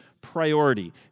priority